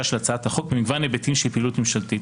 של הצעת החוק במגוון היבטים של פעילות ממשלתית.